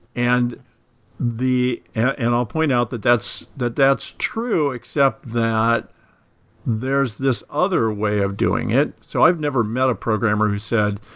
and and i'll point out that that's that that's true, except that there is this other way of doing it. so i've never met a programmer who said,